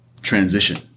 transition